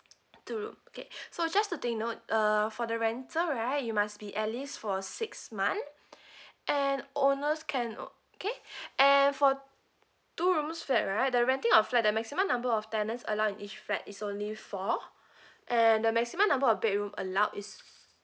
two room okay so just to take note uh for the rental right you must be at least for six month and owners can okay and for two rooms flat right the renting of flat the maximum number of tenants allowed in each flat is only four and the maximum number of bedroom allowed is